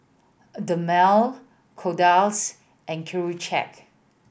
Dermale Kordel's and Accucheck